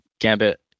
Gambit